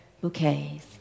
bouquets